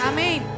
Amen